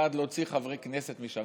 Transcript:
בעד להוציא חברי כנסת משם,